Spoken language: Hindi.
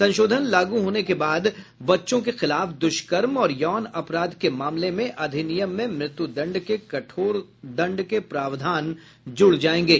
संशोधन लागू होने के बाद बच्चों के खिलाफ दुष्कर्म और यौन अपराध के मामले में अधिनियम में मृत्युदंड के कठोर दंड के प्रावधान जुड़ जायेंगे